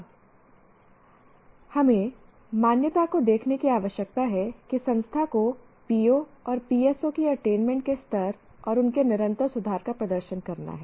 अब हमें मान्यता को देखने की आवश्यकता है कि संस्था को POs और PSOs की अटेनमेंट के स्तर और उनके निरंतर सुधार का प्रदर्शन करना है